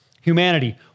Humanity